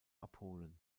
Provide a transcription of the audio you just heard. abholen